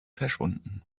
verschwunden